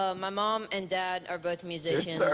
ah my mom and dad are both musicians.